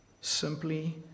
simply